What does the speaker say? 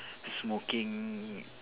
smoking